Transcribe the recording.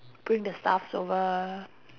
to bring the stuffs over